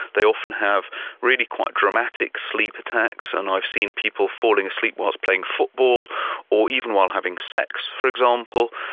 they often have really quite dramatic sleep attacks, and i've seen people falling asleep whilst playing football or even while having sex, for example.